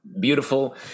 Beautiful